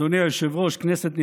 אדוני היושב-ראש, כנסת נכבדה,